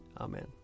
Amen